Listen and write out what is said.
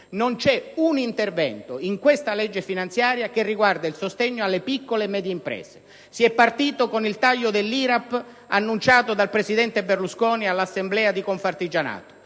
non c'è alcun intervento che riguardi il sostegno alle piccole e alle medie imprese. Si è partiti con il taglio dell'IRAP annunciato dal presidente Berlusconi all'assemblea di Confartigianato;